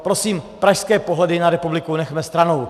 Prosím, pražské pohledy na republiku nechme stranou.